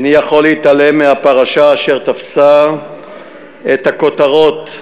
איני יכול להתעלם מהפרשה אשר תפסה את הכותרות.